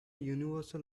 universal